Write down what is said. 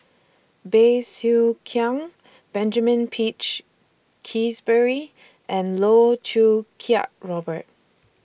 Bey Soo Khiang Benjamin Peach Keasberry and Loh Choo Kiat Robert